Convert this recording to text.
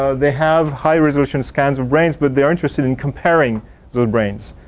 ah they have high resolution scans of brains but they are interested in comparing those brains.